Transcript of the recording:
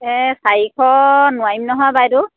এই চাৰিশ নোৱাৰিম নহয় বাইদেউ